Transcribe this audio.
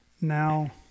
now